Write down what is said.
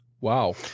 wow